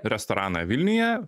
restoraną vilniuje